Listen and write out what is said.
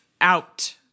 out